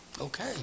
Okay